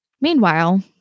Meanwhile